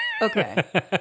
Okay